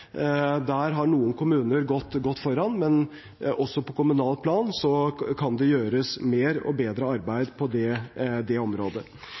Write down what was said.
Der har noen kommuner gått foran, men også på kommunalt plan kan det gjøres mer og bedre arbeid på det området.